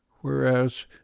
WHEREAS